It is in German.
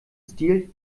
stil